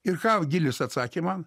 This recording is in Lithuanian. ir ką gilis atsakė man